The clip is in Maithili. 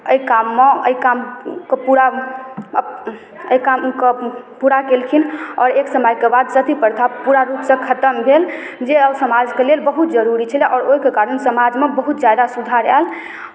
एहि काममे एहि कामकेँ पूरा एहि कामकेँ पूरा केलखिन आओर एक समयके बाद सती प्रथा पूरा रूपसँ खतम भेल जे समाजके लेल बहुत जरूरी छलै आओर ओहिके कारण समाजमे बहुत ज्यादा सुधार आयल